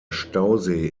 stausee